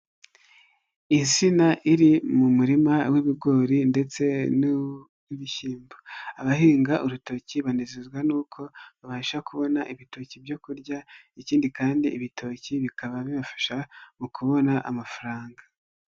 Insina iri mu murima w'ibigori ndetse n'ibishyimbo abahinga urutoki banezezwa n'uko babasha kubona ibitoki byo kurya ikindi kandi ibitoki bikaba bibafasha mu kubona amafaranga.